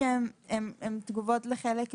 הם רוצים היוועצות אבל הם אומרים שלא השר יגיד עם